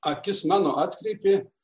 akis mano atkreipė